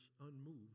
unmoved